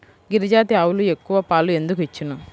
గిరిజాతి ఆవులు ఎక్కువ పాలు ఎందుకు ఇచ్చును?